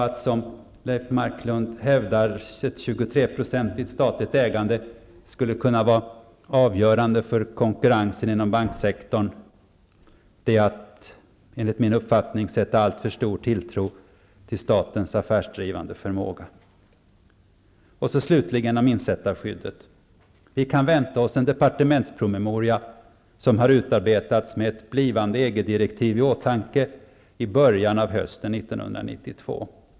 Att som Leif Marklund hävda att ett 23-procentigt statligt ägande skulle vara avgörande för konkurrensen inom banksektorn, är enligt min uppfattning att sätta alltför stor tilltro till statens affärsdrivande förmåga. Slutligen några ord om insättarskyddet. Vi kan vänta oss en departementspromemoria som har utarbetats med ett EG-direktiv i åtanke i början av hösten 1992.